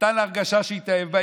ונתן לה הרגשה שהתאהב בה.